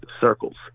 circles